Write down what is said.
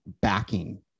backing